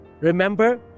Remember